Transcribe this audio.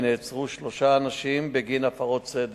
ושלושה אנשים נעצרו בגין הפרת סדר.